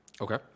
Okay